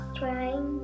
trying